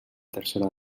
tercera